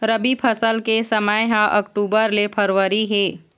रबी फसल के समय ह अक्टूबर ले फरवरी हे